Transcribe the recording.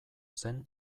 zen